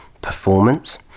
performance